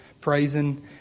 praising